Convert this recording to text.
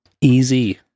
Easy